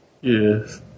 Yes